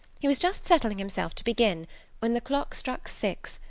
he was just settling himself to begin when the clock struck six,